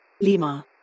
Lima